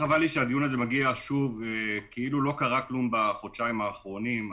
שהדיון הזה מגיע שוב כאילו לא קרה כלום בחודשיים האחרונים.